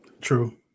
true